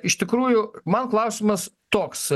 iš tikrųjų man klausimas toks